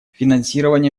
финансирование